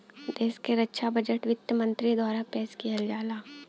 देश क रक्षा बजट वित्त मंत्री द्वारा पेश किहल जाला